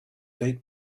date